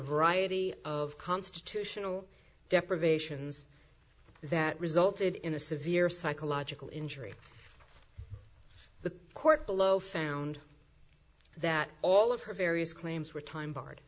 variety of constitutional deprivations that resulted in a severe psychological injury the court below found that all of her various claims were time barred